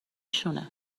شونه